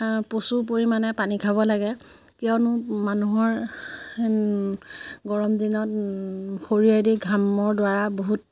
প্ৰচুৰ পৰিমাণে পানী খাব লাগে কিয়নো মানুহৰ গৰম দিনত শৰীৰেদি ঘামৰ দ্বাৰা বহুত